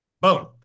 Boom